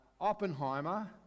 Oppenheimer